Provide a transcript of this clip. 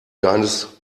deines